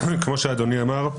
כמו שאדוני אמר,